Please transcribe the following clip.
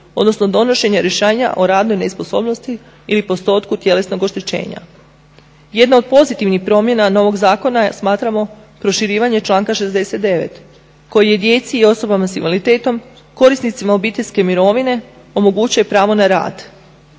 odnosno donošenje rješenja o radnoj nesposobnosti ili postotku tjelesnog oštećenja. Jedna od pozitivnih promjena novog zakona je smatramo proširivanje članka 69. koji djeci i osobama s invaliditetom, korisnicima obiteljske mirovine omogućuje pravo na rad.